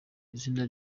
izina